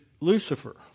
Lucifer